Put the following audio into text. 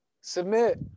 Submit